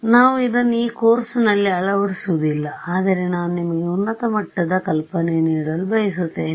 ನಾವು ಇದನ್ನು ಈ ಕೋರ್ಸ್ನಲ್ಲಿ ಅಳವಡಿಸುವುದಿಲ್ಲ ಆದರೆ ನಾನು ನಿಮಗೆ ಉನ್ನತ ಮಟ್ಟದ ಕಲ್ಪನೆಯನ್ನು ನೀಡಲು ಬಯಸುತ್ತೇನೆ